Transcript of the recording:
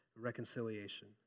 reconciliation